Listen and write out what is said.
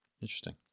Interesting